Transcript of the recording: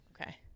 Okay